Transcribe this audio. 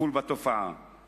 לטיפול בתופעה,